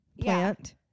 plant